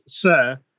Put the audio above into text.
Sir